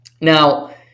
Now